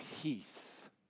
peace